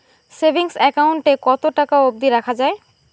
Savings account এ কতো টাকা অব্দি রাখা যায়?